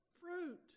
fruit